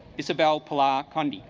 isabel pilar conde